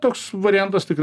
toks variantas tikrai